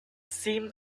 seemed